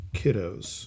kiddos